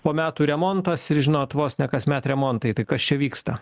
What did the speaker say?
po metų remontas ir žinot vos ne kasmet remontai tai kas čia vyksta